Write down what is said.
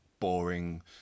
boring